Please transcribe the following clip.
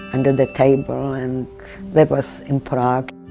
under the table and that was in prague